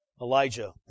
Elijah